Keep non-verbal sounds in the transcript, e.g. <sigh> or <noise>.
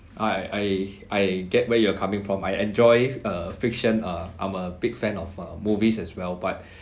I I I I get where you're coming from I enjoy uh fiction uh I'm a big fan of uh movies as well but <breath>